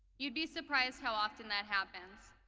you'd be surprised how often that happens.